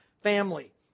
family